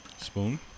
spoon